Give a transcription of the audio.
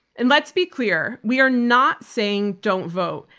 and let's be clear, we are not saying don't vote.